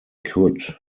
could